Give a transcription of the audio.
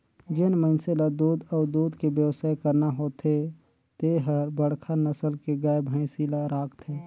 जेन मइनसे ल दूद अउ दूद के बेवसाय करना होथे ते हर बड़खा नसल के गाय, भइसी ल राखथे